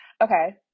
okay